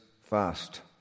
fast